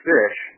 Fish